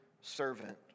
servant